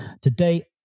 Today